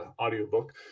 audiobook